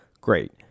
great